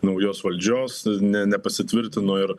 naujos valdžios ne nepasitvirtino ir